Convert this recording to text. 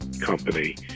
company